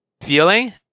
Feeling